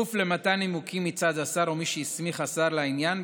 בכפוף למתן נימוקים מצד השר או מי שהסמיך השר לעניין,